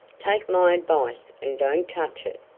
take my advice and don't touch it.